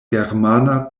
germana